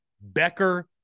Becker